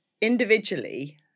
individually